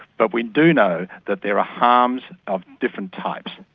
but we do know that there are harms of different types.